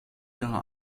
ihre